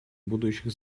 будущих